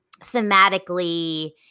thematically